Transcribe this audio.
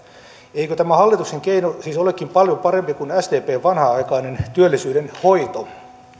eikö tämä hallituksen keino siis olekin paljon parempi kuin sdpn vanhanaikainen työllisyyden hoito